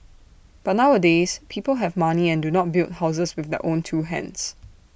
but nowadays people have money and do not build houses with their own two hands